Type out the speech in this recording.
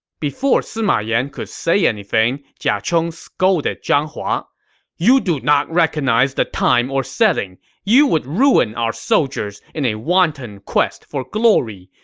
before sima yan could say anything, jia chong scolded zhang hua you do not recognize the time or setting. you would ruin our soldiers in a wanton quest for glory!